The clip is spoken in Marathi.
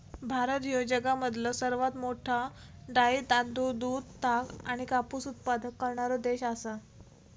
भारत ह्यो जगामधलो सर्वात मोठा डाळी, तांदूळ, दूध, ताग आणि कापूस उत्पादक करणारो देश आसा